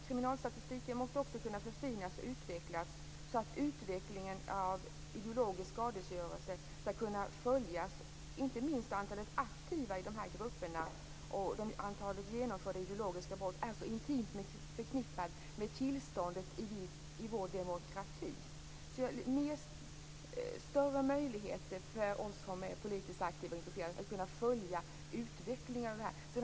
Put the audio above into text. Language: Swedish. Kriminalstatistiken måste förfinas och utvecklas, så att utvecklingen av ideologisk skadegörelse skall kunna följas. Det gäller inte minst antalet aktiva i de här grupperna. Antalet genomförda ideologiska brott är intimt förknippat med tillståndet i vår demokrati. Det behövs alltså större möjligheter för oss som är politiskt aktiva och intresserade att följa utvecklingen av det här.